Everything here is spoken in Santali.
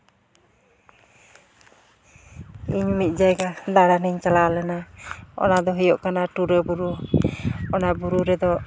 ᱤᱧ ᱢᱤᱫ ᱡᱟᱭᱜᱟ ᱫᱟᱬᱟᱱᱤᱧ ᱪᱟᱞᱟᱣ ᱞᱮᱱᱟ ᱚᱱᱟ ᱫᱚ ᱦᱩᱭᱩᱜ ᱠᱟᱱᱟ ᱴᱩᱨᱟᱹᱵᱩᱨᱩ ᱚᱱᱟ ᱵᱩᱨᱩ ᱨᱮᱫᱚ